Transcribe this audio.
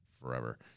forever